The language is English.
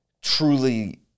truly